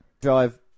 drive